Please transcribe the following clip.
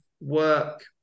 work